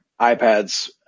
iPads